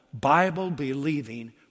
Bible-believing